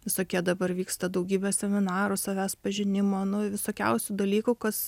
visokie dabar vyksta daugybė seminarų savęs pažinimo nu visokiausių dalykų kas